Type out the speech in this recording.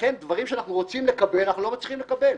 ולכן דברים שאנחנו רוצים לקבל אנחנו לא מצליחים לקבל,